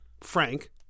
Frank